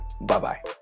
Bye-bye